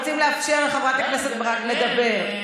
חברים, אנחנו רוצים לאפשר לחברת הכנסת ברק לדבר.